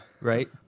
Right